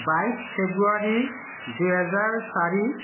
বাইছ ফেব্ৰুৱাৰী দুই হেজাৰ চাৰি